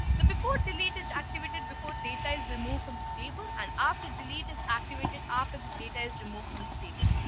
the before delete is activated before data is removed from the table. and after delete is activated after the data is removed from the table.